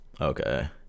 okay